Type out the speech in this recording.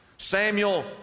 samuel